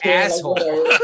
asshole